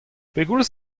pegoulz